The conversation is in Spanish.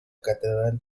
catedral